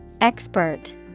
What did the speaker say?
Expert